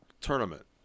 Tournament